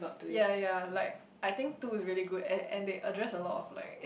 ya ya like I think two is really good and and then address a lot of like